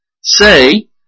Say